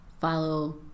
follow